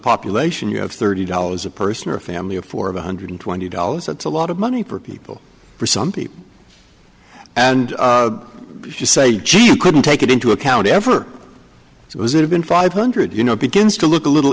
population you have thirty dollars a person or a family of four of one hundred twenty dollars that's a lot of money for people for some people and you say gee you couldn't take it into account ever it was it had been five hundred you know begins to look a little